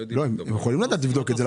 הם יכולים לדעת לבדוק את זה.